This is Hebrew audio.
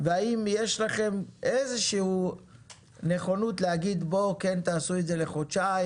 והאם יש לכם איזה נכונות להגיד: תעשו את זה לחודשיים,